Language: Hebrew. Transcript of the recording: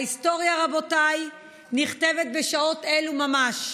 ההיסטוריה, רבותיי, נכתבת בשעות אלו ממש.